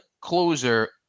closer